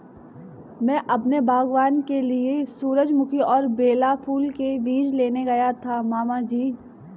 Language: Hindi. मैं अपने बागबान के लिए सूरजमुखी और बेला फूल के बीज लेने गया था मामा जी